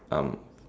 um